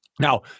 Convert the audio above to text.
Now